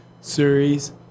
series